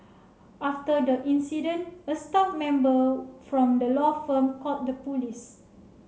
after the incident a staff member from the law firm called the police